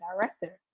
director